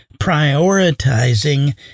prioritizing